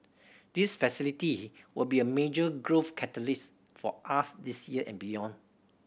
this facility will be a major growth catalyst for us this year and beyond